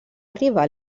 arribar